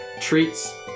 treats